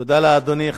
תודה לאדוני.